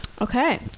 okay